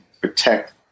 protect